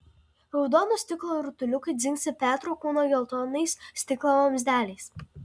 raudono stiklo rutuliukai dzingsi petro kūno geltonais stiklo vamzdeliais